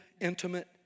intimate